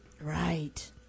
Right